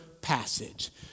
passage